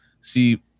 see